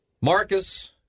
Marcus